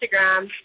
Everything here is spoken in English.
Instagram